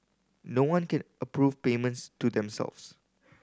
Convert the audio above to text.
no one can approve payments to themselves